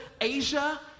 Asia